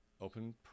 open